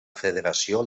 federació